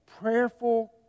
prayerful